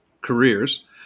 careers